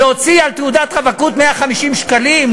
להוציא על תעודת רווקות 150 שקלים,